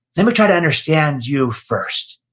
let me try to understand you first.